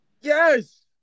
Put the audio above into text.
Yes